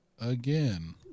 again